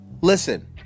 Listen